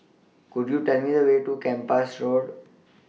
Could YOU Tell Me The Way to Kempas Road